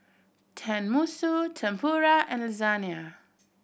Tenmusu Tempura and Lasagne